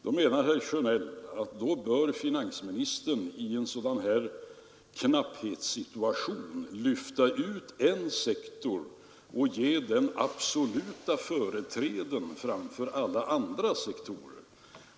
Då menar herr Sjönell att finansministern i en sådan knapphetssituation bör lyfta ut en sektor och ge den absoluta företräden framför alla andra sektorer.